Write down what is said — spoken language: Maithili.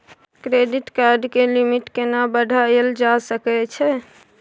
क्रेडिट कार्ड के लिमिट केना बढायल जा सकै छै?